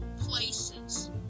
places